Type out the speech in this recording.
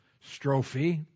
strophe